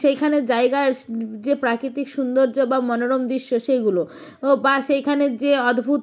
সেইখানের জায়গার যে প্রাকৃতিক সুন্দর্য বা মনোরম দৃশ্য সেইগুলো বা সেইখানের যে অদ্ভুত